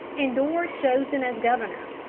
and dorr chosen as governor.